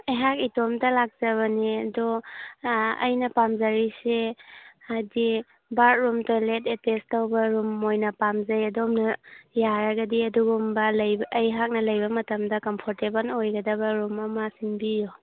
ꯑꯩꯍꯥꯏ ꯏꯇꯣꯝꯇ ꯂꯥꯛꯆꯕꯅꯦ ꯑꯗꯣ ꯑꯩꯅ ꯄꯥꯝꯖꯔꯤꯁꯦ ꯍꯥꯏꯗꯤ ꯕꯥꯠꯔꯨꯝ ꯇꯣꯏꯂꯦꯠ ꯑꯦꯇꯦꯁ ꯇꯧꯕ ꯔꯨꯝ ꯑꯣꯏꯅ ꯄꯥꯝꯖꯩ ꯑꯗꯣꯝꯅ ꯌꯥꯔꯒꯗꯤ ꯑꯗꯨꯒꯨꯝꯕ ꯑꯩꯍꯥꯛꯅ ꯂꯩꯕ ꯃꯇꯝꯗ ꯀꯝꯐꯣꯔꯇꯦꯕꯟ ꯑꯣꯏꯒꯗꯕ ꯔꯨꯝ ꯑꯃ ꯁꯤꯟꯕꯤꯌꯨ